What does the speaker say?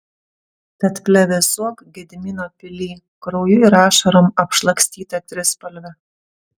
tad plevėsuok gedimino pily krauju ir ašarom apšlakstyta trispalve